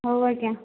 ହଉ ଆଜ୍ଞା